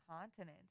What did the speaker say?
continents